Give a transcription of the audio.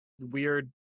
weird